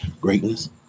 greatness